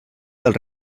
del